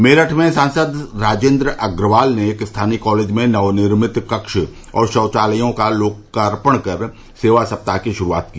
मेरठ में स्थानीय सांसद राजेन्द्र अग्रवाल ने एक स्थानीय कॉलेज में नवनिर्मित कक्ष और शौचालयों का लोकार्पण कर सेवा सप्ताह की शुरूआत की